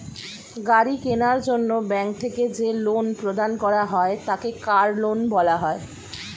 গাড়ি কেনার জন্য ব্যাঙ্ক থেকে যে লোন প্রদান করা হয় তাকে কার লোন বলা হয়